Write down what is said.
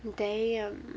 damn